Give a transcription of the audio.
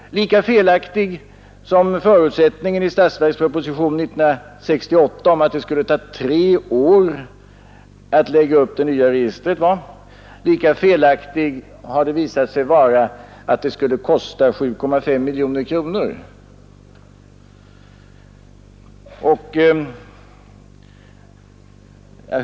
Lika felaktig som förutsättningen i 1968 års statsverksproposition var, att det skulle komma att ta tre år att lägga upp det nya registret, har uppgiften att detta skulle kosta 7,5 miljoner kronor visat sig vara.